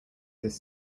his